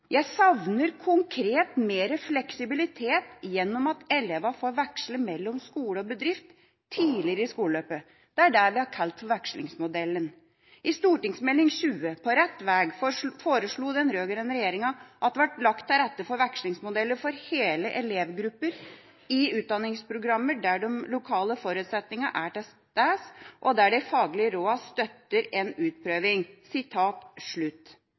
Jeg savner konkret mer fleksibilitet gjennom at elevene får veksle mellom skole og bedrift tidligere i skoleløpet. Det er det vi har kalt vekslingsmodellen. I Meld. St. 20 for 2012–2013 På rett vei foreslo den rød-grønne regjeringa at det ble lagt til rette for «vekslingsmodeller for hele elevgruppen i utdanningsprogrammer der de lokale forutsetningene er til stede, og der de faglige rådene støtter en utprøving».